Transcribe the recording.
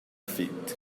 feet